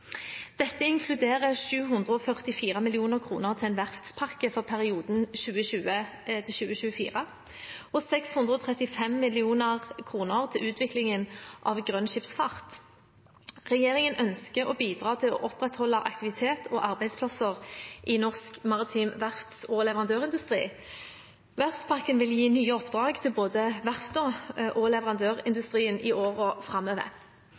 Dette inkluderer 744 mill. kr til en verftspakke for perioden 2020–2024 og 635 mill. kr til utviklingen av grønn skipsfart. Regjeringen ønsker å bidra til å opprettholde aktivitet og arbeidsplasser i norsk maritim verfts- og leverandørindustri. Verftspakken vil gi nye oppdrag til både verftene og leverandørindustrien i årene framover.